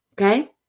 Okay